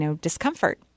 discomfort